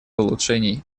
улучшений